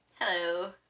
Hello